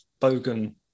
Bogan